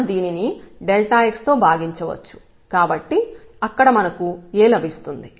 మనం దీనిని x తో భాగించవచ్చు కాబట్టి అక్కడ మనకు A లభిస్తుంది